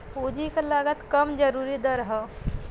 पूंजी क लागत कम जरूरी दर हौ